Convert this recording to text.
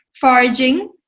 foraging